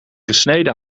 gesneden